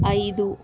ఐదు